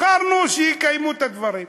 בחרנו שיקיימו את הדברים.